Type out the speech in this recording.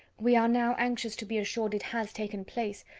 we are now anxious to be assured it has taken place,